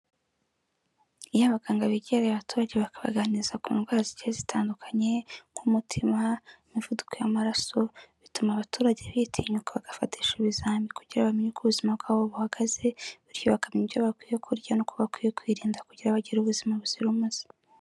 Iyo abaganga begereye abaturage bakabaganiriza ku ndwara zigiye zitandukanye nk'umutima n'imivuduko y'amaraso, bituma abaturage bitinyuka bagafatisha ibizamiini kugira bamenye uko ubuzima bwabo buhagaze, bityo bakamenya ibyo bakwiye kurya nuko uko bakwiye kwirinda kugira bagire ubuzima buzira umuze.